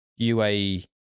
UAE